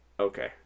Okay